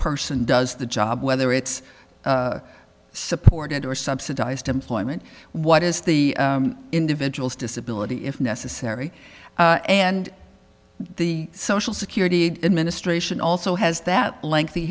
person does the job whether it's supported or subsidized employment what is the individual's disability if necessary and the social security administration also has that lengthy